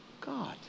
God